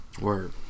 Word